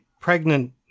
pregnant